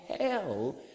hell